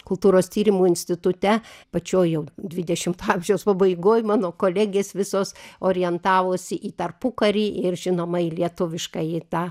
kultūros tyrimų institute pačioj jau dvidešimto amžiaus pabaigoj mano kolegės visos orientavosi į tarpukarį ir žinoma į lietuviškąjį tą